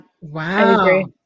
wow